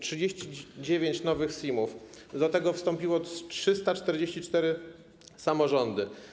39 nowych SIM-ów, do tego wstąpiły 344 samorządy.